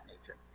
nature